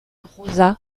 rosa